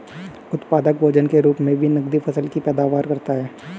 उत्पादक भोजन के रूप मे भी नकदी फसल की पैदावार करता है